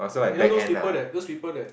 you know those people that people that